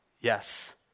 Yes